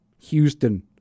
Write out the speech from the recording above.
Houston